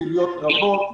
פעילויות רבות,